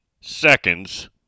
seconds